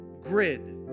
grid